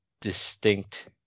distinct